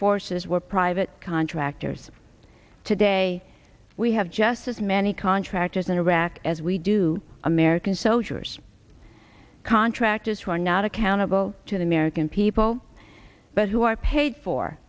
forces were private contractors today we have just as many contractors in iraq as we do american soldiers contractors who are not accountable to the american people but who are paid for